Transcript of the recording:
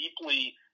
deeply